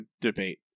debate